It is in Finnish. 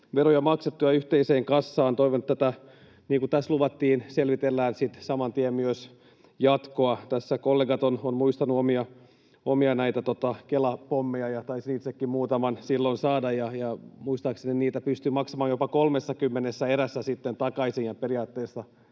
veroja maksettua yhteiseen kassaan. Toivon, että — niin kuin tässä luvattiin — selvitellään sitten saman tien myös jatkoa. Tässä kollegat ovat muistaneet näitä omia Kela-pommeja, ja taisin itsekin muutaman silloin saada. Muistaakseni niitä pystyi maksamaan jopa 30 erässä sitten takaisin,